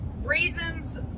Reasons